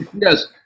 Yes